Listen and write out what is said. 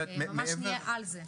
ממש נהיה על זה.